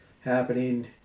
happening